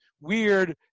weird